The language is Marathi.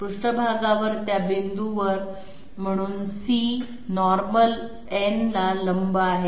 पृष्ठभागावर त्या बिंदूवर म्हणून c नॉर्मल n ला लंब आहे